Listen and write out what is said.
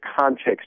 context